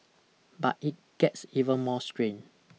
but it gets even more strange